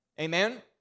Amen